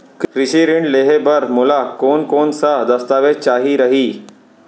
कृषि ऋण लेहे बर मोला कोन कोन स दस्तावेज चाही रही?